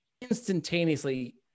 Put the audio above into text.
instantaneously